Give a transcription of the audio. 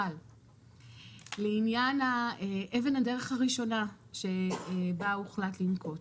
אבל לעניין אבן הדרך הראשונה שבה הוחלט לנקוט